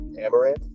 Amaranth